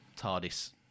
TARDIS